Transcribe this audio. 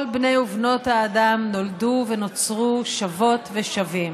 כל בני ובנות האדם נולדו ונוצרו שוות ושווים.